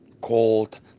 called